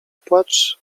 płacz